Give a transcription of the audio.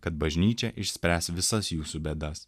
kad bažnyčia išspręs visas jūsų bėdas